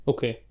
Okay